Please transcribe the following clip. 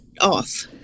off